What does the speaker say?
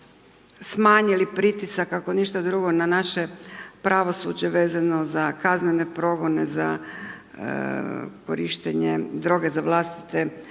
smanjili pritisak ako ništa drugo na naše pravosuđe vezano za kaznene progone, za korištenje droge za vlastite